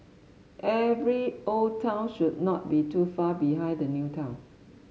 every old town should not be too far behind the new town